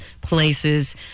places